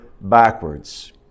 backwards